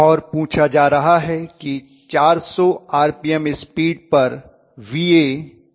और पूछा जा रहा है कि 400 आरपीएम स्पीड पर Va और Ia कितना होगा